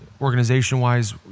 organization-wise